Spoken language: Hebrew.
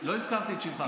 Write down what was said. לא הזכרתי את שמך.